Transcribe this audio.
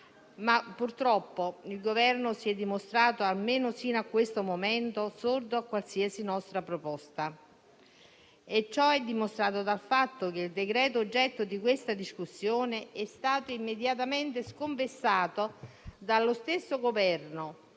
Purtroppo però il Governo si è dimostrato, almeno sino a questo momento, sordo a qualsiasi nostra proposta. Ciò è dimostrato dal fatto che il decreto-legge in discussione è stato immediatamente sconfessato dallo stesso Governo,